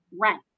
rent